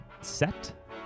set